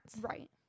Right